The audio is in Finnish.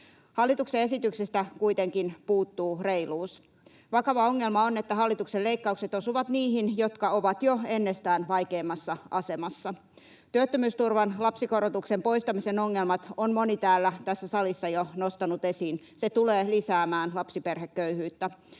Hallituksen esityksestä kuitenkin puuttuu reiluus. Vakava ongelma on, että hallituksen leikkaukset osuvat niihin, jotka ovat jo ennestään vaikeimmassa asemassa. Työttömyysturvan lapsikorotuksen poistamisen ongelmat on moni tässä salissa jo nostanut esiin. Se tulee lisäämään lapsiperheköyhyyttä.